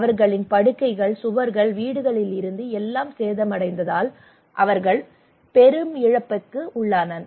அவர்களின் படுக்கைகள் சுவர்கள் வீடுகளில் இருந்து எல்லாம் சேதமடைந்ததால் அவர்களுக்கு பெரும் இழப்பு ஏற்பட்டது